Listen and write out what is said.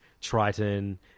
Triton